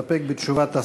מסתפק בתשובת השר.